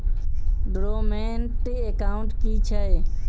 Dormant account की छैक?